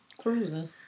Cruising